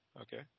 okay